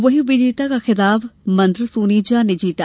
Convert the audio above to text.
वहीं उपविजेता का खिताब मंत्र सोनेजा ने जीता